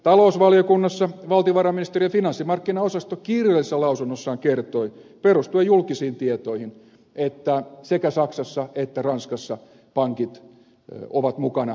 talousvaliokunnassa valtiovarainministeriön finanssimarkkinaosasto kirjallisessa lausunnossaan kertoi perustuen julkisiin tietoihin että sekä saksassa että ranskassa pankit ovat mukana järjestelyissä